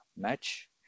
match